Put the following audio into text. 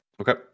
Okay